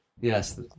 Yes